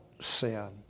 sin